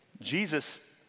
Jesus